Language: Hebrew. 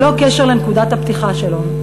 ללא קשר לנקודת הפתיחה שלהם.